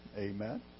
amen